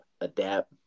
adapt